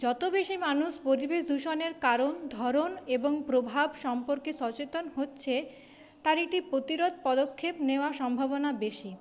যত বেশি মানুষ পরিবেশ দূষণের কারণ ধরন এবং প্রভাব সম্পর্কে সচেতন হচ্ছে তার একটি প্রতিরোধ পদক্ষেপ নেওয়ার সম্ভাবনা বেশি